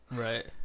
Right